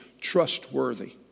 trustworthy